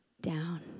down